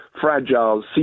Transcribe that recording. fragile